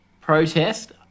protest